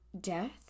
death